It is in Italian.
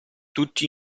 tutti